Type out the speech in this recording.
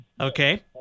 okay